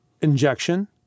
injection